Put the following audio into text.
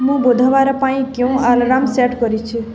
ମୁଁ ବୁଧବାର ପାଇଁ କେଉଁ ଆଲାର୍ମ ସେଟ୍ କରିଛି